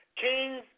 kings